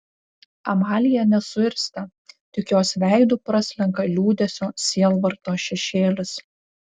amalija nesuirzta tik jos veidu praslenka liūdesio sielvarto šešėlis